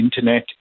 internet